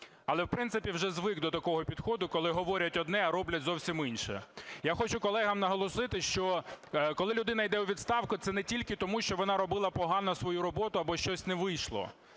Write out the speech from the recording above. Але, в принципі, вже звик до такого підходу, коли говорять одне, а роблять зовсім інше. Я хочу колегам наголосити, що коли людина йде у відставку, це не тільки тому, що вона робила погано свою роботу або щось не вийшло.